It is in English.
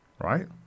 Right